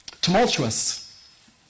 tumultuous